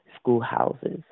schoolhouses